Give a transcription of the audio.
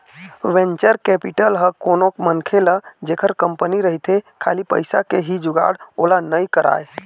venture capital ह कोनो मनखे ल जेखर कंपनी रहिथे खाली पइसा के ही जुगाड़ ओला नइ कराय